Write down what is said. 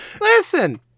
listen